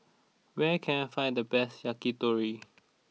where can I find the best Yakitori